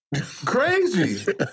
Crazy